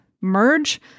merge